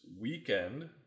weekend